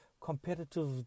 competitive